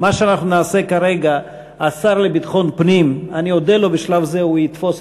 הצעה מס' 133. אני חושב,